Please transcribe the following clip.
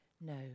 No